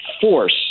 force